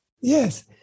Yes